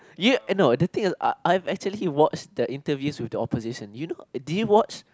ya eh no the thing I I'm actually watch the interviews with the opposition you know did you watch